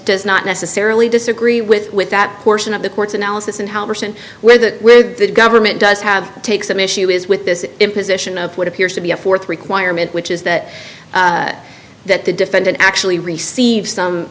does not necessarily disagree with with that portion of the court's analysis and how person whether the government does have to take some issue is with this imposition of what appears to be a fourth requirement which is that that the defendant actually receive some